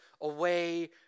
away